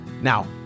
now